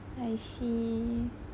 I see